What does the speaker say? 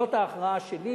זאת ההכרעה שלי,